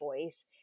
choice